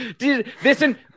listen